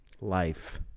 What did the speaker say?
Life